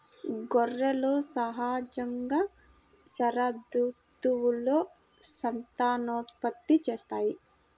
గొర్రెలు సహజంగా శరదృతువులో సంతానోత్పత్తి చేస్తాయి